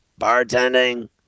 Bartending